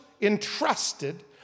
entrusted